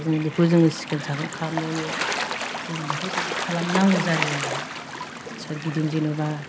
दा जोङो बेखौ जोङो सिखोन साखोन खालामनायावनो जों बेफोरबायदि खालामनांगौ जायो आरो सोरगिदिं जेनेबा